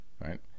right